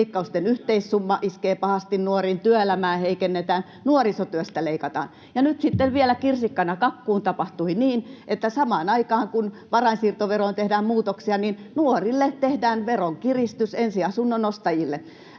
leikkausten yhteissumma iskee pahasti nuoriin, työelämää heikennetään, nuorisotyöstä leikataan, ja nyt sitten vielä kirsikkana kakkuun tapahtui niin, että samaan aikaan kun varainsiirtoveroon tehdään muutoksia, tehdään nuorille, ensiasunnon ostajille,